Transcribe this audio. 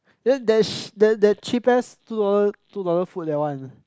then there's that that cheap ass two dollar two dollar food that one